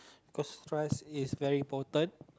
cause trust is very important